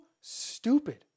stupid